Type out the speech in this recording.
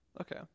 Okay